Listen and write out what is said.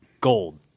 Gold